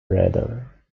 rather